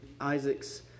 Isaac's